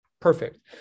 Perfect